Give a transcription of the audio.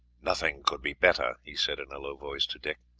nothing could be better, he said in a low voice to dick.